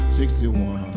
61